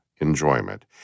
enjoyment